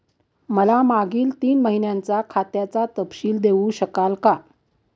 मला मागील तीन महिन्यांचा खात्याचा तपशील देऊ शकाल का?